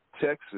Texas